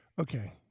Okay